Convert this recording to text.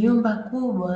Nyumba kubwa